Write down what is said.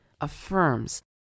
affirms